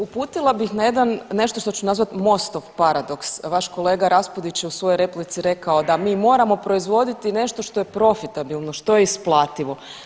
Uputila bi na jedan nešto što ću nazvat Mostov paradoks, vaš kolega Raspudić je u svojoj replici rekao da mi moramo proizvoditi nešto što je profitabilno, što je isplativo.